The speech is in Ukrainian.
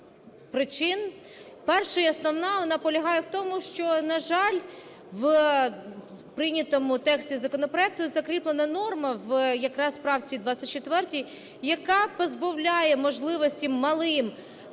причин, перша, і основна, вона полягає в тому, що, на жаль, в прийнятому тексті законопроекту закріплена норма, якраз в правці 24, яка позбавляє можливості малим